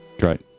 Great